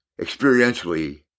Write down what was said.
experientially